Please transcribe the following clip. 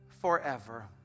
forever